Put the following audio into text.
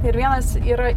ir vienas yra